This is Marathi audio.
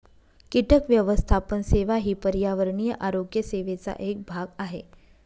कीटक व्यवस्थापन सेवा ही पर्यावरणीय आरोग्य सेवेचा एक भाग आहे